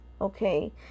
okay